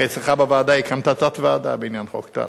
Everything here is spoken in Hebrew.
הרי אצלך בוועדה הקמת תת-ועדה בעניין חוק טל.